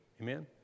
Amen